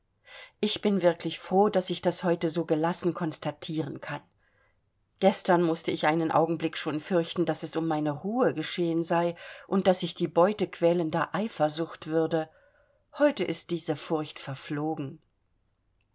ich bin wirklich froh daß ich das heute so gelassen konstatieren kann gestern mußte ich einen augenblick schon fürchten daß es um meine ruhe geschehen sei und daß ich die beute quälender eifersucht würde heute ist diese furcht verflogen